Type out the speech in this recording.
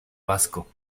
vasco